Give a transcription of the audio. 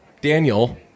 daniel